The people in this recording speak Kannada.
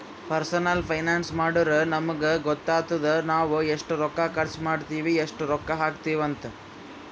ಪರ್ಸನಲ್ ಫೈನಾನ್ಸ್ ಮಾಡುರ್ ನಮುಗ್ ಗೊತ್ತಾತುದ್ ನಾವ್ ಎಸ್ಟ್ ರೊಕ್ಕಾ ಖರ್ಚ್ ಮಾಡ್ತಿವಿ, ಎಸ್ಟ್ ರೊಕ್ಕಾ ಹಾಕ್ತಿವ್ ಅಂತ್